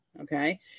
okay